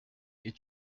est